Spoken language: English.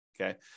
Okay